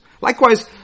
Likewise